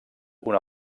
una